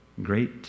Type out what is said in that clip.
Great